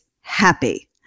happy